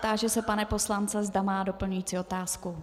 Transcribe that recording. Táži se pana poslance, zda má doplňující otázku.